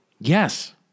Yes